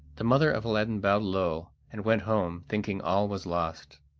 the mother of aladdin bowed low and went home, thinking all was lost.